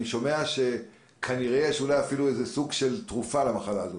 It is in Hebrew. אני שומע שכנראה יש אולי אפילו סוג של תרופה למחלה הזאת.